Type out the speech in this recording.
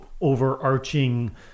overarching